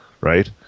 right